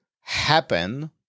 happen